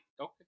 okay